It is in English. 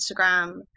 Instagram